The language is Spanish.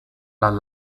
las